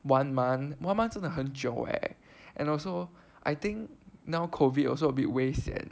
one month one month 真的很久 eh and also I think now COVID also a bit 危险